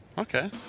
okay